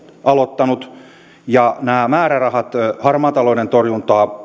aloittanut nämä määrärahat harmaan talouden torjuntaan